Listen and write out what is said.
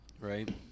right